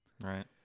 Right